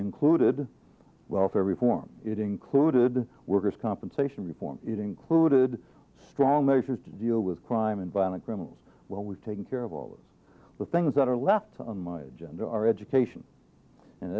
included welfare reform it included workers compensation reform it included strong measures to deal with crime and violent criminals well we've taken care of all the things that are left on my agenda our education in